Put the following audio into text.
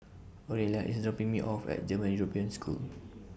Orelia IS dropping Me off At German European School